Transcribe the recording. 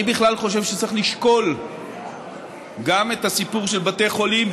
אני בכלל חושב שצריך לשקול גם את הסיפור של בתי חולים,